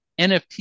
NFT